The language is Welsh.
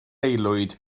aelwyd